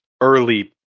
early